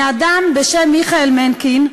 מאדם בשם מיכאל מנקין,